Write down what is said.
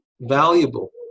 valuable